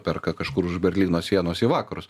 perka kažkur už berlyno sienos į vakarus